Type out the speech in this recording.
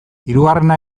hirugarrena